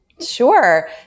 sure